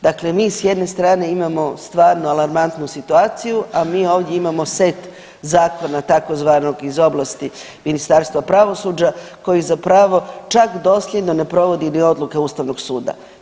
Dakle mi s jedne strane imamo stvarno alarmantnu situaciju, a mi ovdje imamo set zakona tzv. iz oblasti Ministarstva pravosuđa koje zapravo čak dosljedno ne provodi ni odluke Ustavnog suda.